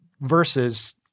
versus